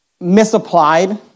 misapplied